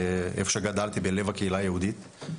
איפה שגדלתי בלב הקהילה היהודית,